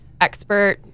expert